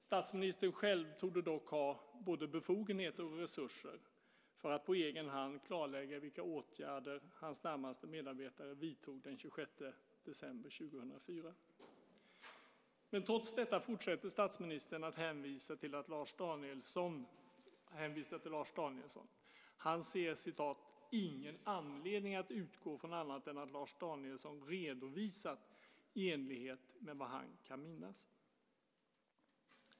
Statsministern själv torde dock ha både befogenheter och resurser för att på egen hand klarlägga vilka åtgärder hans närmaste medarbetare vidtog den 26 december 2004. Men trots detta fortsätter statsministern att hänvisa till Lars Danielsson. Han ser "ingen anledning att utgå från annat än att Lars Danielsson redovisat i enlighet med vad han kan minnas".